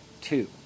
two